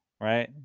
right